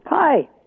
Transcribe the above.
Hi